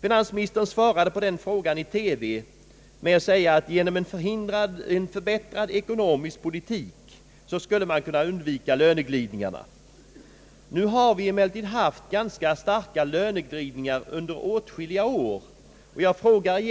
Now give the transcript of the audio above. Finansministern svarade på den frågan i TV med att säga att genom en förbättrad ekonomisk politik skulle man kunna undvika löneglidningarna. Emellertid har vi haft ganska starka löneglidningar under åtskilliga år, och jag frågar: